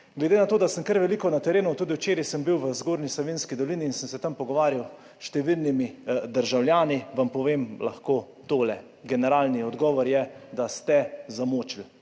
Glede na to, da sem kar veliko na terenu, tudi včeraj sem bil v Zgornji Savinjski dolini in sem se tam pogovarjal s številnimi državljani, vam lahko povem tole. Generalni odgovor je, da ste zamočili.